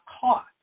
caught